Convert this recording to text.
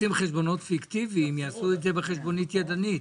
שעושים חשבונות פיקטיביים יעשו את זה בחשבונית ידנית.